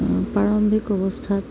প্ৰাৰম্ভিক অৱস্থাত